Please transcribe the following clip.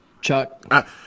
Chuck